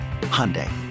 Hyundai